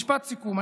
משפט סיכום.